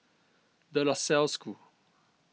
De La Salle School